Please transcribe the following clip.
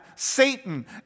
Satan